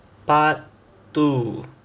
part two